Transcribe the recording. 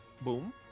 Boom